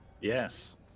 Yes